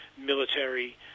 military